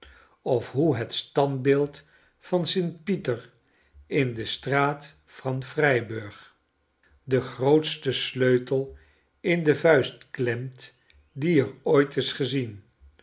of hoe het standbeeld van st pieter in de straat van freyburg den grootsten sleutel in de vuist klemt die er ooit is gezien